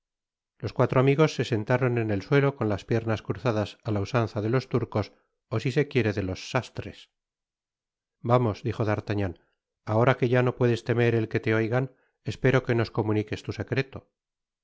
los cuatro amigos se sentaron en el suelo con las piernas cruzadas á la usanza de los turcos ó si se quiere de los sastres vamos dijo d'artagnan ahora que ya no puedes temer el que te oigan espero que nos comuniques tu secreto